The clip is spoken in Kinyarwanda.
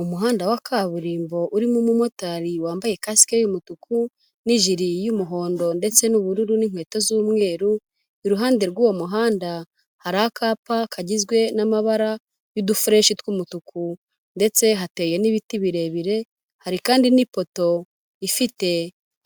Umuhanda wa kaburimbo urimo umumotari wambaye kasike y'umutuku n'ijiri y'umuhondo ndetse n'ubururu n'inkweto z'umweru, iruhande rw'uwo muhanda hari akapa kagizwe n'amabara y'udufureshi tw'umutuku ndetse hateye n'ibiti birebire, hari kandi n'ipoto ifite